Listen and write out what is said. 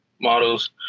models